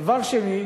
דבר שני,